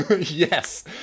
Yes